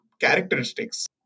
characteristics